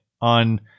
on